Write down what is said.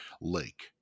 lake